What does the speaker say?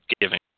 giving